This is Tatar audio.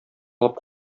алып